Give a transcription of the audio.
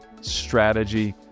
strategy